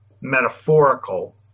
metaphorical